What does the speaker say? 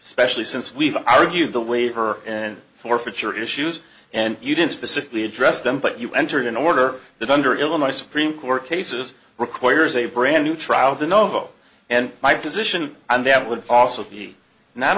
especially since we've argued the way her and forfeiture issues and you didn't specifically address them but you entered an order that under illinois supreme court cases requires a brand new trial de novo and my position on that would also be not